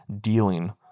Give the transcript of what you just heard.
dealing